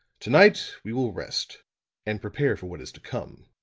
to-night we will rest and prepare for what is to come.